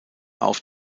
auf